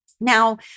Now